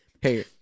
Hey